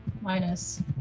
minus